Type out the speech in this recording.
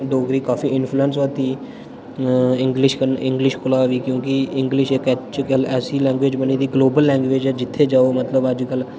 डोगरी काफी इन्फ्लुएंस होआ दी अ इंग्लिश कन्नै इंग्लिश कोला बी क्योंकि इंग्लिश इक एक्चुअल इक ऐसी लैंग्वेज बनी दी ग्लोबल लैंग्वेज़ ऐ जि'त्थें जाओ मतलब अज्जकल